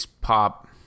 pop